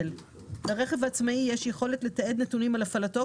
לרכב העצמאי יש יכולת לתעד נתונים על הפעלתו,